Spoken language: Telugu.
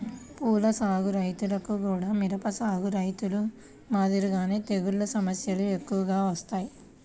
పూల సాగు రైతులకు గూడా మిరప సాగు రైతులు మాదిరిగానే తెగుల్ల సమస్యలు ఎక్కువగా వత్తాయి